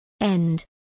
End